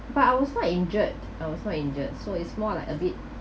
but I was not injured I was not injured so it's more like a bit